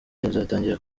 izatangira